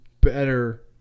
better